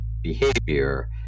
behavior